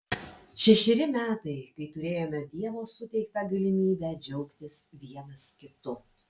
šešeri metai kai turėjome dievo suteiktą galimybę džiaugtis vienas kitu